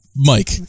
Mike